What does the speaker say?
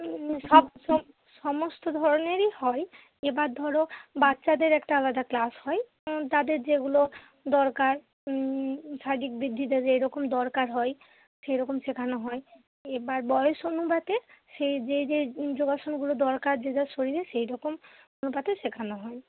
সব সমস্ত ধরনেরই হয় এবার ধরো বাচ্চাদের একটা আলাদা ক্লাস হয় তাদের যেগুলো দরকার শারীরিক বৃদ্ধিটা যেই রকম দরকার হয় সেই রকম শেখানো হয় এবার বয়েস অনুপাতে সে যে যে যোগাসনগুলো দরকার যে যার শরীরে সেই রকমও তাকে শেখানো হয়